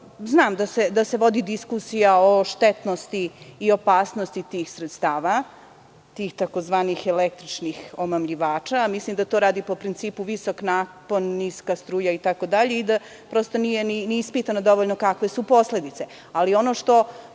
da se vodi diskusija o štetnosti i opasnosti tih sredstava, tih tzv. električnih omamljivača. Mislim da to radi po principu – visok napon, niska struja itd. i da prosto nije ni ispitano dovoljno kakve su posledice.